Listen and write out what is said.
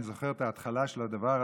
אני זוכר את ההתחלה של הדבר הזה.